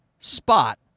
spot